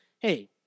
hey